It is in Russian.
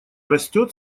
растёт